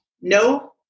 No